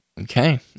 Okay